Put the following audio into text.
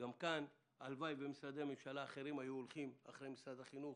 גם כאן הלוואי ומשרדי ממשלה אחרים היו הולכים אחרי משרד החינוך.